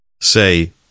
Say